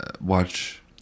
watch